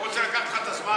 אני לא רוצה לקחת לך את הזמן,